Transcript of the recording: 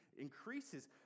increases